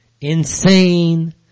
insane